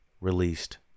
released